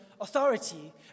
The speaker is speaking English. authority